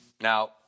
Now